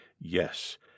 yes